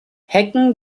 hecken